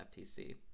FTC